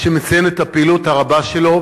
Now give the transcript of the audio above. כדי לציין את הפעילות הרבה שלו,